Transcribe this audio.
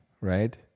right